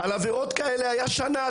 על עבירות כאלה היה שנה,